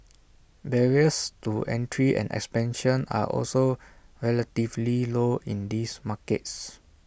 barriers to entry and expansion are also relatively low in these markets